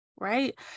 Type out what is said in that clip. Right